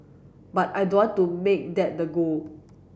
but I don't want to make that the goal